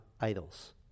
idols